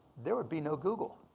there would be no google.